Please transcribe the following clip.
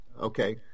okay